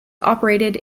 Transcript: operated